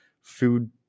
food